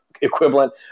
equivalent